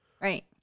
right